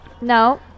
No